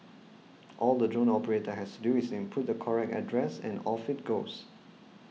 all the drone operator has do is input the correct address and off it goes